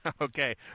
Okay